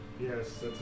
Yes